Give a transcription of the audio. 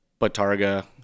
batarga